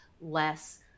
less